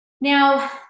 Now